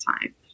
time